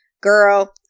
Girl